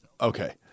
Okay